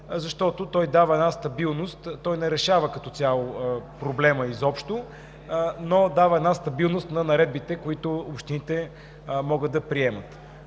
защото той дава една стабилност. Той не решава като цяло проблема изобщо, но дава една стабилност на наредбите, които общините могат да приемат.